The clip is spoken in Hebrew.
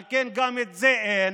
על כן גם את זה אין,